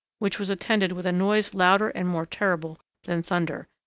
which was attended with a noise louder and more terrible than thunder,